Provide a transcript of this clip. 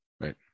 Right